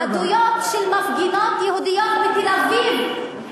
בעדויות של מפגינות יהודיות בתל-אביב,